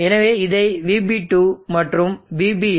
எனவே இதை VB2 மற்றும் VBn